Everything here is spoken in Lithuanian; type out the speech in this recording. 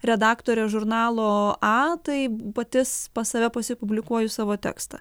redaktorė žurnalo a tai pati s pas save pasipublikuoju savo tekstą